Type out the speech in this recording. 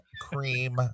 cream